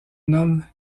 nomme